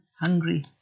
hungry